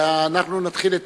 אנחנו נתחיל את